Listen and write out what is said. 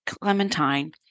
Clementine